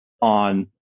on